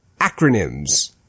Acronyms